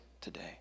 today